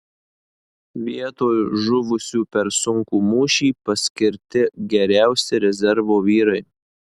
vietoj žuvusių per sunkų mūšį paskirti geriausi rezervo vyrai